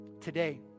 Today